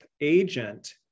agent